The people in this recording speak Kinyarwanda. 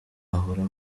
ahora